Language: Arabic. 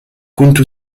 كنت